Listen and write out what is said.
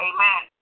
Amen